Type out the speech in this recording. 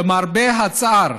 למרבה הצער,